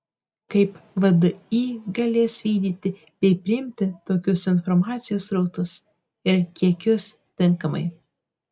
kaip vdi galės vykdyti bei priimti tokius informacijos srautus ir kiekius tinkamai